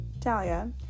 Talia